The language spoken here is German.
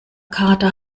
kater